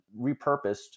repurposed